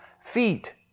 feet